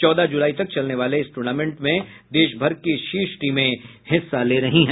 चौदह जुलाई तक चलने वाले इस टूर्नामेंट देश भर की शीर्ष टीमें हिस्सा ले रही हैं